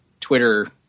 Twitter